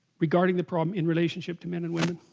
regarding the problem in relationship to men and women